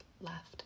left